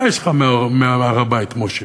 מה יש לך מהר-הבית, משה?